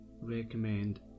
recommend